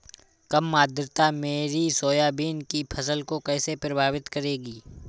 कम आर्द्रता मेरी सोयाबीन की फसल को कैसे प्रभावित करेगी?